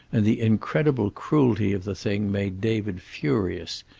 and the incredible cruelty of the thing made david furious.